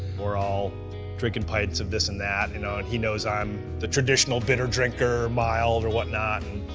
we're all drinking pints of this and that you know, and he knows i'm the traditional bitter drinker, mild or whatnot.